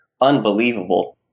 unbelievable